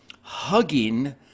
hugging